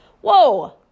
whoa